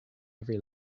every